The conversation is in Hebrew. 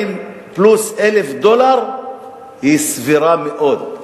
40,000 פלוס דולר הוא סביר מאוד.